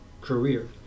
career